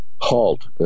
halt